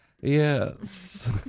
yes